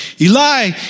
Eli